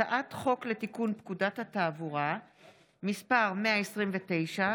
הצעת חוק לתיקון פקודת התעבורה (מס' 129)